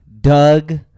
Doug